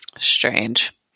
Strange